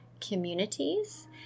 communities